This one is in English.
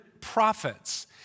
prophets